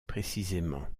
précisément